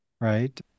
right